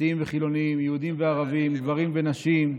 דתיים וחילונים, יהודים וערבים, גברים ונשים,